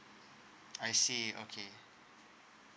I see okay